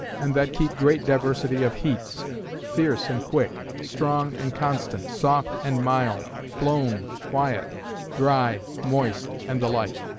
and that keep great diversity of heats fierce and quick strong and constant soft and mild blown, quiet dry, moist and the like.